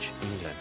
England